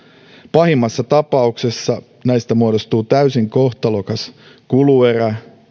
pahimmassa tapauksessa näistä muodostuu täysin kohtalokas kuluerä